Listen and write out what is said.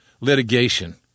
litigation